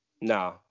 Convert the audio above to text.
No